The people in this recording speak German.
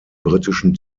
britischen